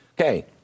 Okay